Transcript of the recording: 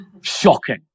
Shocking